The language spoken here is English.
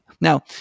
Now